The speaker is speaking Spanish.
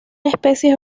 especies